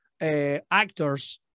actors